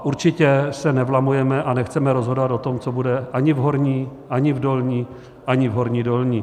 Určitě se nevlamujeme a nechceme rozhodovat o tom, co bude ani v Horní ani v Dolní ani v Horní Dolní.